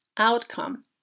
outcome